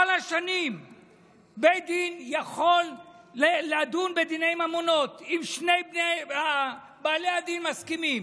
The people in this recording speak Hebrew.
כל השנים בית דין יכול לדון בדיני ממונות אם שני בעלי הדין מסכימים,